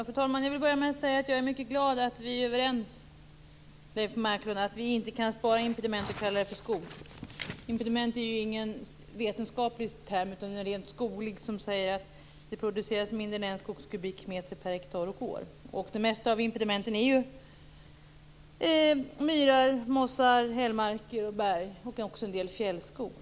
Fru talman! Jag vill börja med att säga att jag är mycket glad över att Leif Marklund och jag är överens om att vi inte kan spara impediment och kalla dem för skog. Impediment är ju ingen vetenskaplig term, utan en rent skoglig sådan som betyder att det produceras mindre än en skogskubikmeter per hektar och år. Det mesta av impedimenten är ju myrar, mossar, hällmarker, berg och även en del fjällskog.